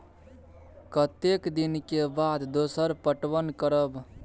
कतेक दिन के बाद दोसर पटवन करब?